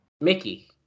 Mickey